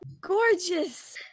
Gorgeous